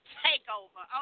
takeover